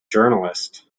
journalist